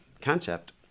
concept